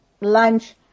lunch